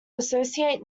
associate